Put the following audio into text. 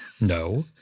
No